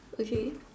okay